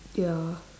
ya